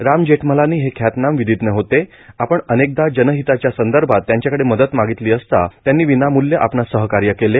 राम जेठमलानी हे ख्यातनाम विधीज्ञ होते आपण अनेनकदा जनहिताच्या संदर्भात त्यांच्याकडे मदत मागितली असता त्यांनी विनामूल्य आपणास सहकार्य केले